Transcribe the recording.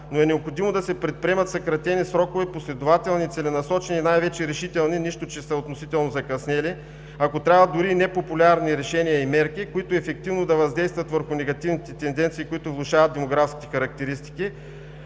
но е необходимо да се предприемат в съкратени срокове, последователни и целенасочени, най-вече решителни, нищо, че са относително закъснели, ако трябва дори и непопулярни решения и мерки, които ефективно да въздействат върху негативните тенденции, които влошават демографските характеристики,